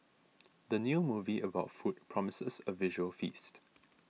the new movie about food promises a visual feast